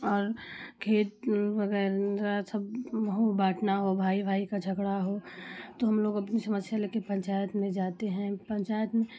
और खेत वगैरह सब बाँटना हो भाई भाई का झगड़ा हो तो हम लोग अपनी समस्या लेके पंचायत में जाते हैं पंचायत में